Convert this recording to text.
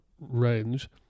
range